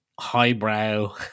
Highbrow